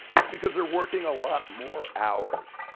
it's because they're working a lot more hours.